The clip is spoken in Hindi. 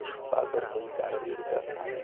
छुपाकर कोई कार्य नहीं करता है